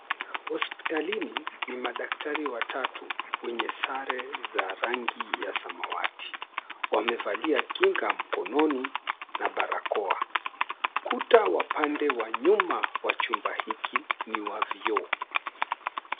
Hospitalini ni madaktari watatu wenye sare za rangi ya samawati wamevalia kinga mkononi na barakoa. Kuta wa pande ya nyuma wa chumba hiki ni wa vioo.